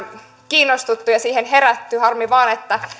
kiinnostuttu ja siihen herätty harmi vain että